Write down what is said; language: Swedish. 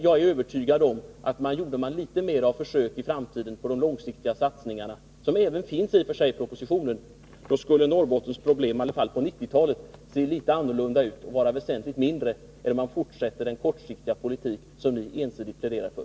Jag är övertygad om att om man i framtiden gjorde litet mera försök på de långsiktiga satsningarna, som i och för sig även finns i propositionen, skulle Norrbottens problem i alla fall på 1990-talet se litet annorlunda ut och vara väsentligt mindre än om man fortsätter den kortsiktiga politik som ni ensidigt pläderar för.